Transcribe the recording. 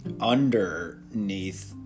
underneath